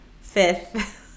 fifth